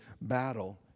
battle